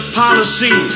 policy